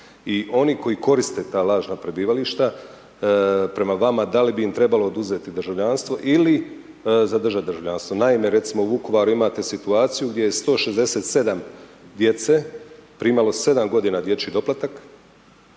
i oni koji koriste ta lažna prebivališta prema vama da li bi im trebalo oduzeti državljanstvo ili zadržati državljanstvo? Naime, recimo u Vukovaru imate situaciju gdje je 167 djece primalo 7 godina dječji doplatak,